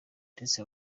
ndetse